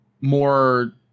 more